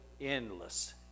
endless